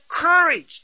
courage